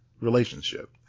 relationship